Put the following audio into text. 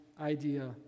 idea